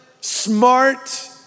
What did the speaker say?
smart